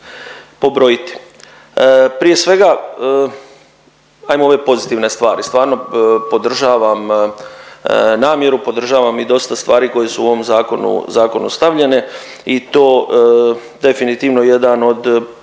Prije svega ajmo ove pozitivne stvari. Stvarno podržavam namjeru, podržavam i dosta stvari koje su u ovom zakonu, zakonu stavljene i to definitivno jedan od po meni,